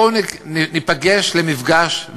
בואו ניפגש למפגש,